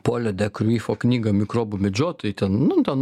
polio dekriuyfo knygą mikrobų medžiotojai ten nu ten